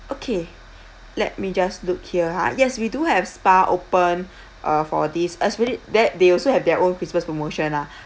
okay let me just look here ha yes we do have spa open uh for this especially that they also have their own christmas promotion lah